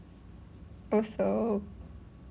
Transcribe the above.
also